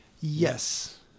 Yes